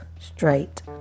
straight